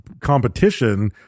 competition